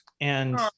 and-